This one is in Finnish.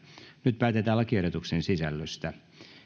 nyt päätetään lakiehdotuksen sisällöstä